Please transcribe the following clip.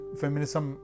feminism